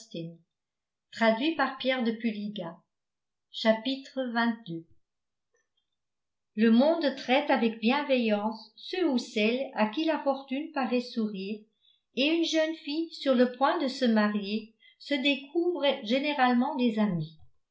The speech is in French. le monde traite avec bienveillance ceux ou celles à qui la fortune paraît sourire et une jeune fille sur le point de se marier se découvre généralement des amis